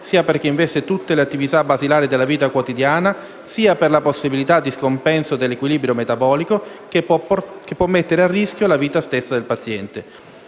sia perché investe tutte le attività basilari della vita quotidiana sia per la possibilità di scompenso dell'equilibrio metabolico che può mettere a rischio la vita stessa del paziente».